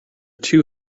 too